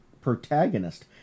protagonist